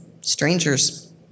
strangers